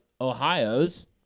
Ohio's